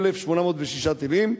1,806 טילים,